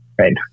Right